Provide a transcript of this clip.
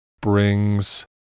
brings